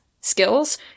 skills